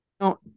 No